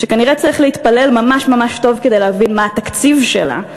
שכנראה צריך להתפלל ממש ממש טוב כדי להבין מה התקציב שלה.